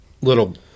little